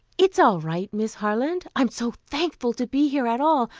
it's all right, miss harland. i'm so thankful to be here at all,